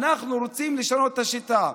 אנחנו רוצים לשנות את השיטה.